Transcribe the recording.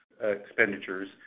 expenditures